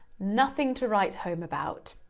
nothing to write home about,